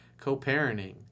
co-parenting